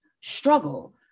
struggle